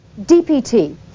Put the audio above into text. DPT